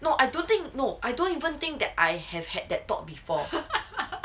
no I don't think no I don't even think that I have had that thought before